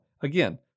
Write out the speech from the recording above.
Again